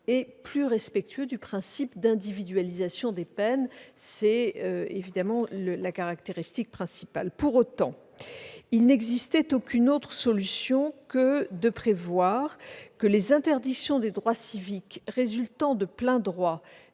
et plus respectueux du principe d'individualisation des peines ; c'était sa caractéristique principale. Pour autant, il n'existait aucune autre solution que de prévoir que les interdictions des droits civiques résultant de plein droit